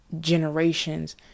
generations